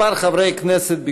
כמה חברי כנסת,